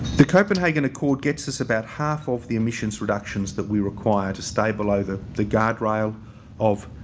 the copenhagen accord gets us about half of the emissions reductions that we require to stay below the the guardrail of